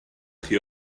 chi